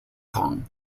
kong